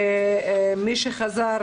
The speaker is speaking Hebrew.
מי שחזר,